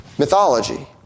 Mythology